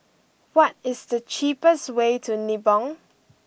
what is the cheapest way to Nibong